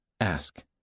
Ask